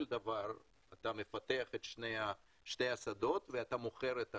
דבר אתה מפתח את שתי השדות ואתה מוכר את הכול.